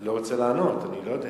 לא רוצה לענות, אני לא יודע.